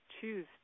choose